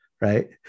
right